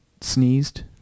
sneezed